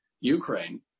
Ukraine